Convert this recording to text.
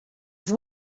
have